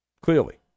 clearly